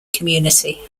community